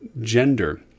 gender